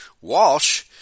Walsh